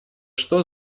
что